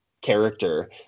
character